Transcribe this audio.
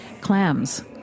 Clams